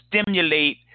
stimulate